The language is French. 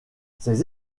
ces